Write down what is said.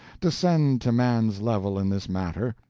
descend to man's level in this matter.